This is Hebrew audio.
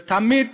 ותמיד